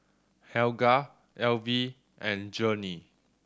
Helga Elvie and Journey